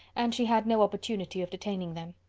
and she had no opportunity of detaining them.